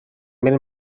بریم